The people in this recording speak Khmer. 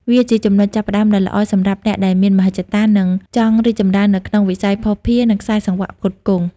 វាគឺជាចំណុចចាប់ផ្តើមដ៏ល្អសម្រាប់អ្នកដែលមានមហិច្ឆតា និងចង់រីកចម្រើននៅក្នុងវិស័យភស្តុភារ និងខ្សែសង្វាក់ផ្គត់ផ្គង់។